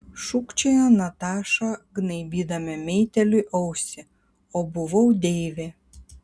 šūkčiojo nataša gnaibydama meitėliui ausį o buvau deivė